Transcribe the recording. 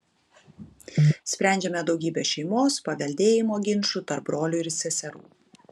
sprendžiame daugybę šeimos paveldėjimo ginčų tarp brolių ir seserų